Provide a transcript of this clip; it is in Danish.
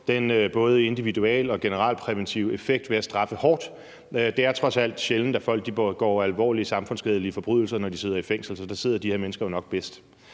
den individualpræventive og den generalpræventive effekt ved at straffe hårdt. Det er trods alt sjældent, at folk begår alvorlige, samfundsskadelige forbrydelser, når de sidder i fængsel, så der sidder de her mennesker jo nok bedst.